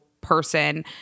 person